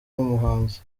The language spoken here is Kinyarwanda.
umuhanzi